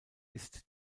ist